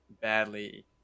badly